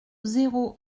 zéro